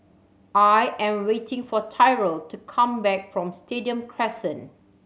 I am waiting for Tyrel to come back from Stadium Crescent